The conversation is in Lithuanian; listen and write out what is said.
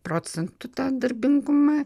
procentų darbingumą